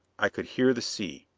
i could hear the sea,